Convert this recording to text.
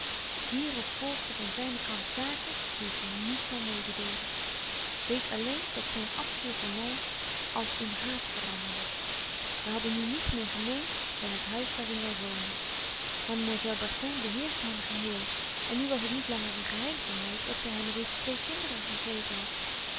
hier op volgden van zynen kant zaken die ik u niet kan mededelen weet alleen dat zyn afkeer voor my als in haat veranderde wy hadden nu niets meer gemeens dan het huis waar in wy woonden mademoiselle bartin beheerschte hem geheel en nu was het niet langer een geheim voor my dat zy hem reeds twee kinderen gegeven hadt